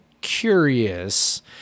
curious